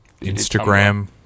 Instagram